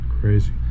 Crazy